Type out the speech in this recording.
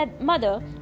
mother